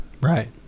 Right